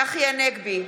צחי הנגבי,